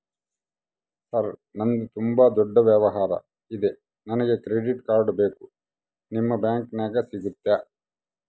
Sir ನಂದು ತುಂಬಾ ದೊಡ್ಡ ವ್ಯವಹಾರ ಇದೆ ನನಗೆ ಕ್ರೆಡಿಟ್ ಕಾರ್ಡ್ ಬೇಕು ನಿಮ್ಮ ಬ್ಯಾಂಕಿನ್ಯಾಗ ಸಿಗುತ್ತಾ?